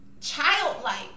childlike